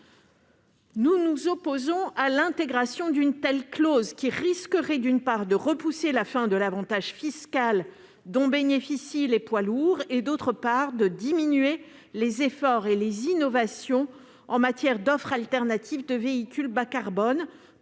Nous nous opposons à l'intégration d'une telle clause, qui risquerait, d'une part, de repousser la fin de l'avantage fiscal dont bénéficient les poids lourds et, d'autre part, de réduire les efforts et les innovations en matière d'offre alternative de véhicules bas-carbone